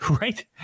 right